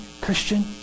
Christian